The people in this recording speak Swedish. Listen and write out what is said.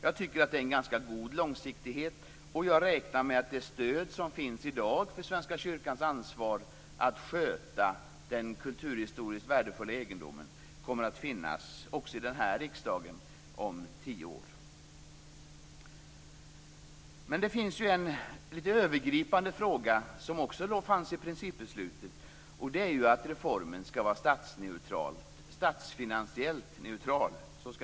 Jag tycker att det är en ganska god långsiktighet, och jag räknar med att det stöd som finns i dag för Svenska kyrkans ansvar att sköta den kulturhistoriskt värdefulla egendomen kommer att finnas här i riksdagen även om tio år. Det finns en övergripande fråga som också var med i principbeslutet. Det är att reformen skall vara statsfinansiellt neutral.